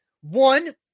one